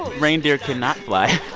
reindeer cannot fly.